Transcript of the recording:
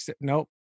nope